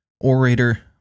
orator